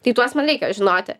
tai tuos man reikia žinoti